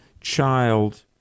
child